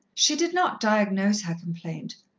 she did not diagnose her complaint.